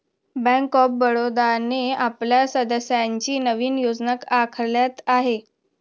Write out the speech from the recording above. bank of बडोदाने आपल्या सदस्यांसाठी नवीन योजना आखल्या आहेत